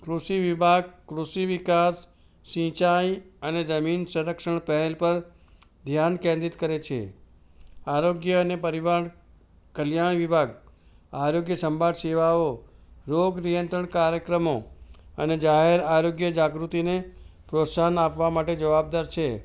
કૃષિ વિભાગ કૃષિ વિકાસ સિંચાઇ અને જમીન સંરક્ષણ પહેલ પર ધ્યાન કેન્દ્રિત કરે છે આરોગ્ય અને પરિવાર કલ્યાણ વિભાગ આરોગ્ય સંભાળ સેવાઓ રોગ નિયંત્રણ કાર્યક્રમો અને જાહેર આરોગ્ય જાગૃતિને પ્રોત્સાહન આપવા માટે જવાબદાર છે